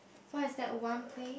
what is the one place